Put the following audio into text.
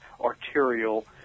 arterial